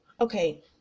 Okay